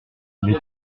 les